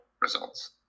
results